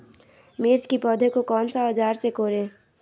मिर्च की पौधे को कौन सा औजार से कोरे?